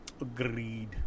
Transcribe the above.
Agreed